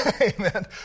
amen